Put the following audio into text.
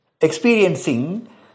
experiencing